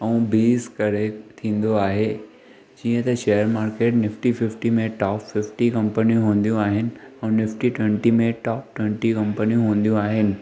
ऐं बीस करे थींदो आहे जीअं त शेअर मार्केट निफ्टी फिफ्टी में टॉप फिफ्टी कंपनियूं हूंदियूं आहिनि ऐं निफ्टी ट्वेंटी में टॉप ट्वेंटी कंपनियूं हूंदियूं आहिनि